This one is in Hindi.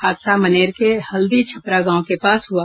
हादसा मनेर के हल्दी छपरा गांव के पास हुआ